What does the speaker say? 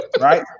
right